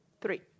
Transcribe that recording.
three